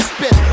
Spit